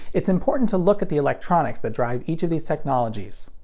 it's important to look at the electronics that drive each of these technologies.